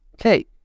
Okay